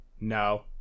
No